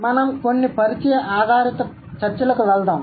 మనం కొన్ని పరిచయ ఆధారిత చర్చలకు వెళ్దాం